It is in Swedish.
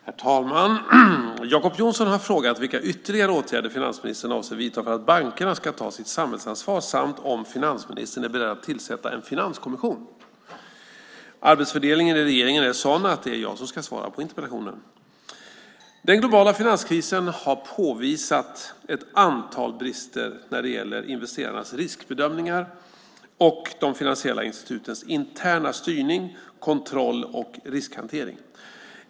Herr talman! Jacob Johnson har frågat vilka ytterligare åtgärder finansministern avser att vidta för att bankerna ska ta sitt samhällsansvar samt om finansministern är beredd att tillsätta en finanskommission. Arbetsfördelningen i regeringen är sådan att det är jag som ska svara på interpellationen. Den globala finanskrisen har påvisat ett antal brister när det gäller investerarnas riskbedömningar och de finansiella institutens interna styrning, kontroll och riskhantering.